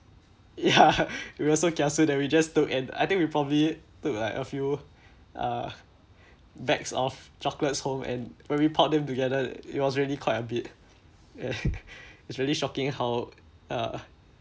ya we were kiasu that we just took and I think we probably took like a few uh bags of chocolates home and when we poured them together it was really quite a bit and it's really shocking how uh